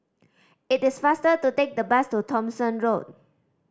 it is faster to take the bus to Thomson Road